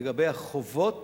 לגבי החובות